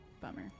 Bummer